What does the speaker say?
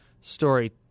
story